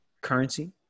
currency